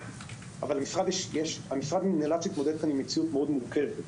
אבל המשרד נאלץ להתמודד כאן עם מציאות מורכבת מאוד.